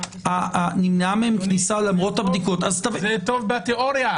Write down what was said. נמנעה מהם הכניסה למרות הבדיקה- -- זה טוב בתיאוריה.